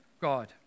God